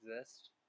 exist